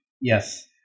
Yes